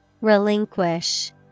Relinquish